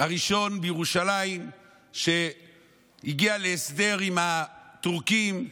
הראשון בירושלים שהגיע להסדר עם הטורקים,